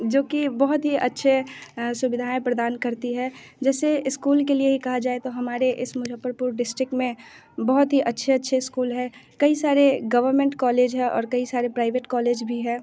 जो की बहुत ही अच्छे सुविधायें प्रदान करती है जैसे स्कूल के लिए कहा जाए तो हमारे इस मुजफ्फरपुर डिस्टिक में बहुत ही अच्छे अच्छे स्कूल है कई सारे गवर्नमेंट कॉलेज है और कई सारे प्राइवेट कॉलेज भी है